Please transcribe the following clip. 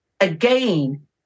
again